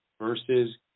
versus